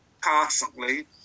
constantly